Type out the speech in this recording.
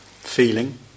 Feeling